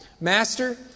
Master